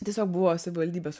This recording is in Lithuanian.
tiesiog buvo savivaldybės